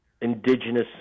indigenous